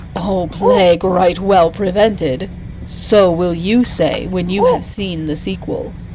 o plague right well prevented so will you say when you have seen the sequel.